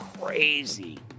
crazy